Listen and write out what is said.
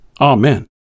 Amen